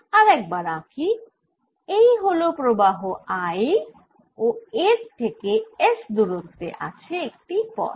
আরেবার আঁকি এই হল প্রবাহ I ও এর থেকে s দুরত্বে আছে একটি পথ